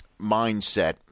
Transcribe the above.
mindset